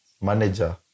manager